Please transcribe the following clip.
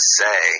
say